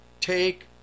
take